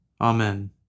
Amen